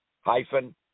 hyphen